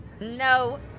No